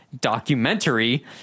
documentary